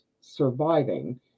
surviving